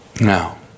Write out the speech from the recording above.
Now